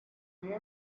night